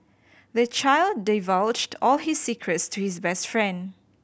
the child divulged all his secrets to his best friend